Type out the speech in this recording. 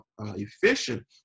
efficient